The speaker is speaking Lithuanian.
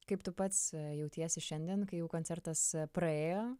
kaip tu pats jautiesi šiandien kai jau koncertas praėjo